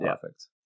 perfect